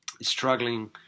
Struggling